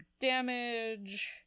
damage